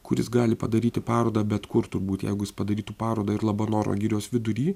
kuris gali padaryti parodą bet kur turbūt jeigu jis padarytų parodą ir labanoro girios vidury